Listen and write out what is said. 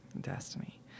Destiny